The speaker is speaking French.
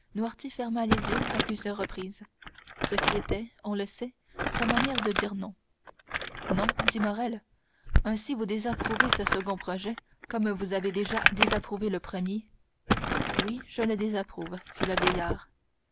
ferma les yeux à plusieurs reprises ce qui était on le sait sa manière de dire non non dit morrel ainsi vous désapprouvez ce second projet comme vous avez déjà désapprouvé le premier oui je le désapprouve fit le vieillard